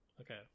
Okay